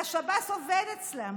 והשב"ס עובד אצלם,